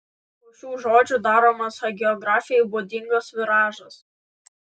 po šių žodžių daromas hagiografijai būdingas viražas